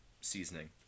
seasoning